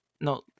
no